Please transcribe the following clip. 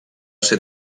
ser